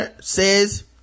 says